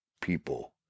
people